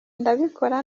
ndabikora